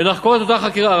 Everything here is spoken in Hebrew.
ונחקור את אותה חקירה.